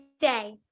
day